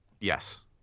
Yes